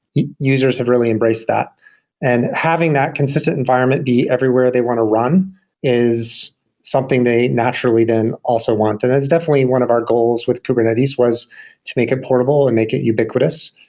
users have really embraced that and having that consistent environment be everywhere they want to run is something they naturally then also want. that's definitely one of our goals with kubernetes was to make it portable and make it ubiquitous.